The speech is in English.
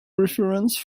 reference